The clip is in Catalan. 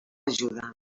ajuda